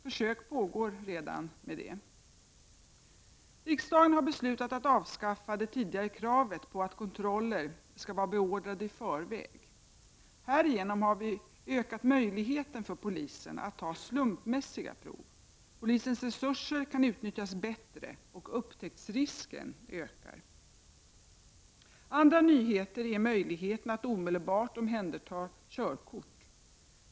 Försök med detta pågår redan. Riksdagen har beslutat att avskaffa det tidigare kravet på att kontroller skall vara beordrade i förväg. Härigenom har vi ökat möjligheterna för polisen att ta slumpmässiga prov. Polisens resurser kan uttnyttjas bättre, och upptäcktsrisken ökar. Andra nyheter är möjligheten att omedelbart omhänderta körkort.